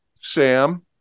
Sam